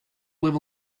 live